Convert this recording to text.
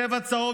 צבע צהוב,